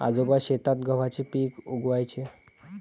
आजोबा शेतात गव्हाचे पीक उगवयाचे